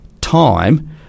time